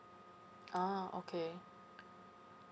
ah okay